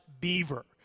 beaver